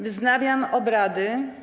Wznawiam obrady.